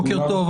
בוקר טוב,